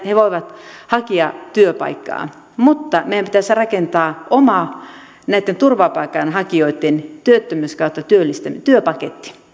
he voivat hakea työpaikkaa mutta meidän pitäisi rakentaa näitten turvapaikanhakijoitten oma työttömyys tai työpaketti